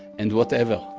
and whatever.